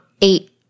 eight